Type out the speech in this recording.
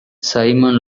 simon